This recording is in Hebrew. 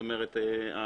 זאת אומרת,